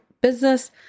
business